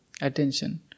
Attention